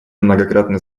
многократно